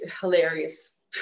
hilarious